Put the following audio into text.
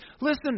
listen